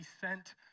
sent